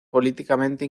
políticamente